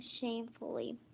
shamefully